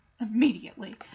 immediately